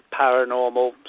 paranormal